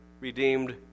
redeemed